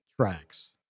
tracks